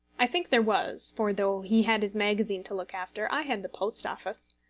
i think there was for though he had his magazine to look after, i had the post office.